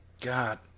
God